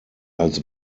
als